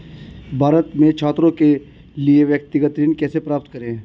भारत में छात्रों के लिए व्यक्तिगत ऋण कैसे प्राप्त करें?